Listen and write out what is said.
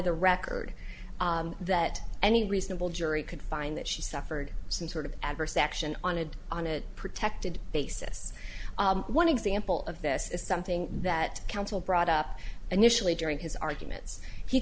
the record that any reasonable jury could find that she suffered some sort of adverse action on it on a protected basis one example of this is something that counsel brought up and usually during his arguments he